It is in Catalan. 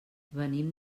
venim